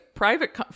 private